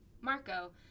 Marco